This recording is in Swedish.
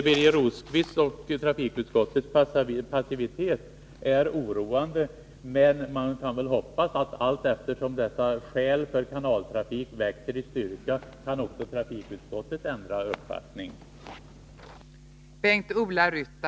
Birger Rosqvists och trafikutskottets passivitet är oroande, men man kan väl hoppas att också trafikutskottet kan ändra uppfattning allteftersom skälen för kanaltrafik växer i styrka.